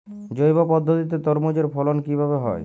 জৈব পদ্ধতিতে তরমুজের ফলন কিভাবে হয়?